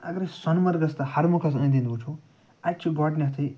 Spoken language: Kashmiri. اَگر أسۍ سۄنہٕ مرگَس تہٕ ہرمۄکھَس أنٛدۍ أنٛدۍ وُچھُو اَتہِ چھِ گۄڈٕنیٚتھٕے